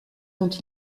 dont